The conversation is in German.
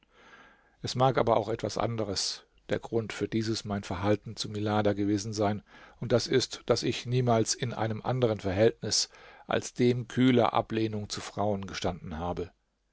es mag aber auch etwas anderes der grund für dieses mein verhalten zu milada gewesen sein und das ist daß ich niemals in einem anderen verhältnis als dem kühler ablehnung zu frauen gestanden habe